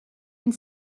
and